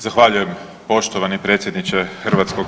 Zahvaljujem poštovani predsjedniče HS.